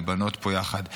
להיבנות פה יחד.